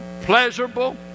pleasurable